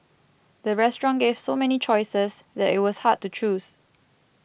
the restaurant gave so many choices that it was hard to choose